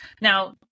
Now